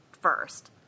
first